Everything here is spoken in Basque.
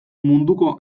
munduko